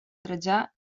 trajà